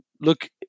Look